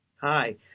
Hi